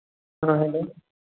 हाँ हेलो